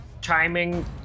timing